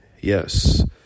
yes